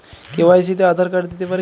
KYC তে Aadhaar card দিতে পারি কি?